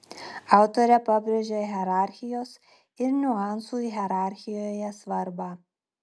autorė pabrėžia hierarchijos ir niuansų hierarchijoje svarbą